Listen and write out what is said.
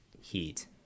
Heat